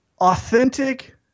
authentic